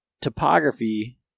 topography